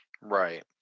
Right